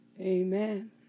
Amen